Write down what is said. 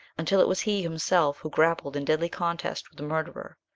until it was he himself who grappled in deadly contest with the murderer,